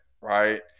right